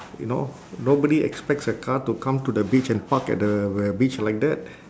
you know nobody expects a car to come to the beach and park at the uh beach like that